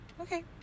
okay